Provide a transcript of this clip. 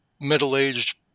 middle-aged